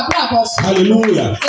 Hallelujah